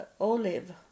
olive